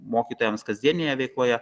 mokytojams kasdienėje veikloje